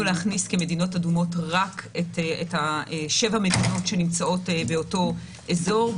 להכניס כמדינות אדומות רק את שבע המדינות שנמצאות באותו אזור.